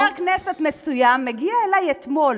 אותו חבר כנסת מגיע אלי אתמול,